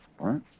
right